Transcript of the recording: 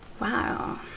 Wow